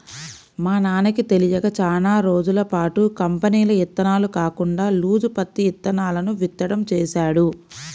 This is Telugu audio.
మా నాన్నకి తెలియక చానా రోజులపాటు కంపెనీల ఇత్తనాలు కాకుండా లూజు పత్తి ఇత్తనాలను విత్తడం చేశాడు